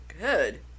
Good